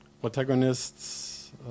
protagonists